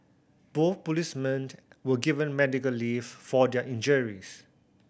both policemen were given medical leave for their injuries